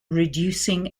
reducing